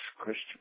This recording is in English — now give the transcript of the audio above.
Christian